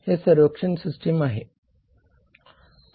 ही सर्व्हक्शन सिस्टीम आहे